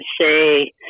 say